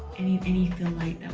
any of any fill light